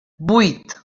vuit